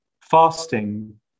Fasting